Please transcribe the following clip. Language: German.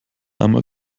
einmal